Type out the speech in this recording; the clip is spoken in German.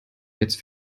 jetzt